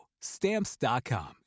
Stamps.com